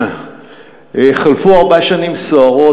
חלפו ארבע שנים סוערות,